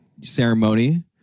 ceremony